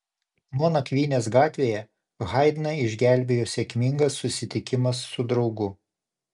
nuo nakvynės gatvėje haidną išgelbėjo sėkmingas susitikimas su draugu